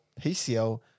PCL